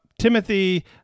Timothy